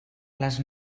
les